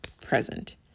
present